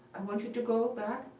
i want you to go back.